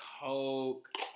coke